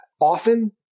Often